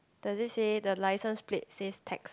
does it say the license plate says text